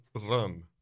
run